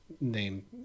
name